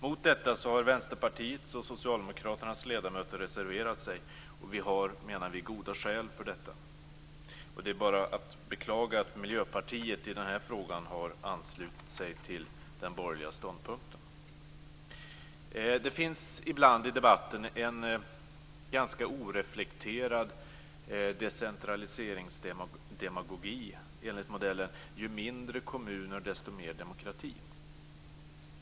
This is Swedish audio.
Mot detta har Vänsterpartiets och Socialdemokraternas ledamöter reserverat sig. Vi menar att vi har goda skäl för detta. Det är bara att beklaga att Miljöpartiet i den här frågan har anslutit sig till den borgerliga ståndpunkten. Det finns ibland i debatten en ganska oreflekterad decentraliseringsdemagogi enligt modellen: Ju mindre kommuner, desto mer demokrati.